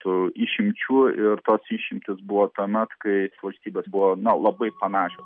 tų išimčių ir tos išimtys buvo tuomet kai valstybės buvo na labai panašios